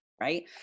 right